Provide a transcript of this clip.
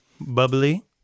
bubbly